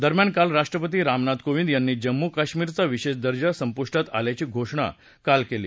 दरम्यान काल राष्ट्रपती रामनाथ कोविंद यांनी जम्मू कश्मीर चा विशेष दर्जा संपुष्टात आल्याची धोषणा काल केली